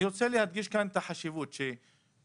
אני רוצה להדגיש כאן את החשיבות של כל